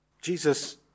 Jesus